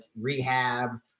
rehab